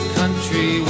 country